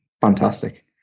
Fantastic